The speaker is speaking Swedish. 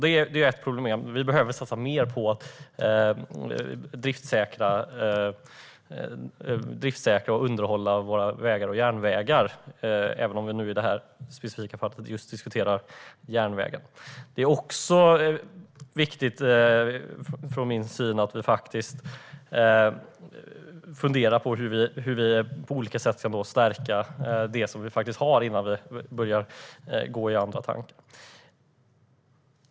Det är ett problem - vi behöver satsa mer på att driftssäkra och underhålla våra vägar och järnvägar, även om vi här diskuterar endast järnvägen. Det är också viktigt att vi funderar på hur vi på olika sätt kan stärka det vi faktiskt har innan vi börjar gå i andra tankar.